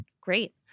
Great